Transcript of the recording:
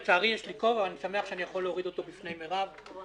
לצערי יש לי כובע ואני שמח שאני יכול להוריד אותו בפני מירב כהן.